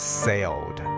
sailed